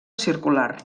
circular